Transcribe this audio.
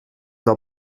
der